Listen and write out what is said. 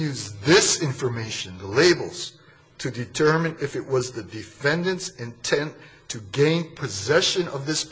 use this information in the labels to determine if it was the defendant's intent to gain possession of this